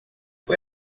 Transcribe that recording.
foi